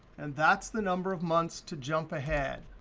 and that's the number of months to jump ahead,